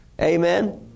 Amen